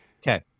Okay